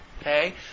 okay